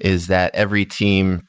is that every team